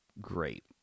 great